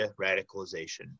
radicalization